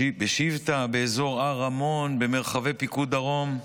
בשִׁבטה, באזור הר רמון, במרחבי פיקוד דרום.